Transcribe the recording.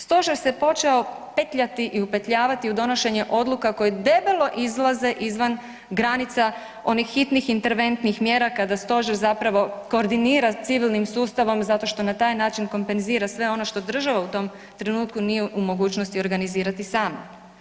Stožer se počeo petljati i upetljavati u donošenje odluka koje debelo izlaze izvan granica onih hitnih interventnih mjera kada stožer zapravo koordinira civilnim sustavom zato što na taj način kompenzira sve ono što država u tom trenutku nije u mogućnosti organizirati sama.